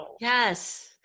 yes